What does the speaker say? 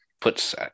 puts